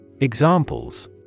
Examples